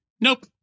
Nope